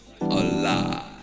alive